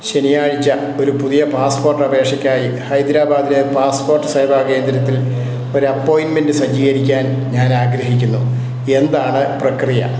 ശനിയാഴ്ച ഒരു പുതിയ പാസ്പോർട്ട് അപേക്ഷയ്ക്കായി ഹൈദരാബാദിലെ പാസ്പോർട്ട് സേവാ കേന്ദ്രത്തിൽ ഒരു അപ്പോയിന്മെൻ്റ് സജ്ജീകരിക്കാൻ ഞാൻ ആഗ്രഹിക്കുന്നു എന്താണ് പ്രക്രിയ